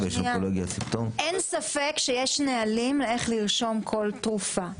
--- אין ספק שיש נהלים איך לרשום כל תרופה,